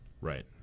Right